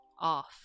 off